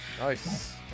Nice